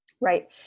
Right